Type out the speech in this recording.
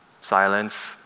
Silence